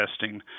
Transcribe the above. testing